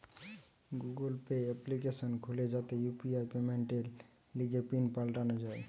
Google Pay application খুলে যাতে UPI পেমেন্টের লিগে পিন পাল্টানো যায়